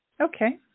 Okay